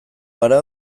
gara